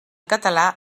català